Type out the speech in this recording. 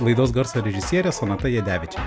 laidos garso režisierė sonata jadevičienė